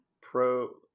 pro